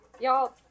Y'all